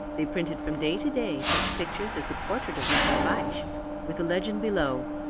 they printed from day to day such pictures as the portrait of mr. fyshe with the legend below,